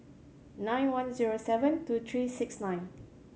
nine one zero seven two three six nine